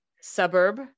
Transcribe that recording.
suburb